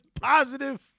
positive